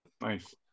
Nice